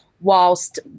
whilst